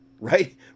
Right